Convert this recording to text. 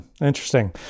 Interesting